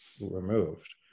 removed